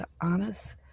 honest